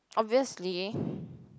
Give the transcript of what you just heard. obviously